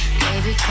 baby